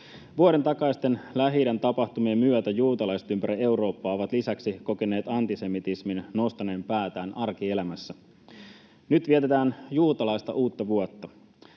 Vuoden takaisten Lähi-idän tapahtumien myötä juutalaiset ympäri Eurooppaa ovat lisäksi kokeneet antisemitismin nostaneen päätään arkielämässä. Nyt vietetään juutalaista uutta vuotta.